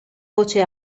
voce